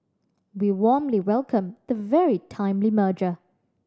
we warmly welcome the very timely merger